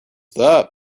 that